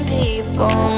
people